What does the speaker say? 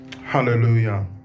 hallelujah